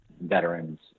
veterans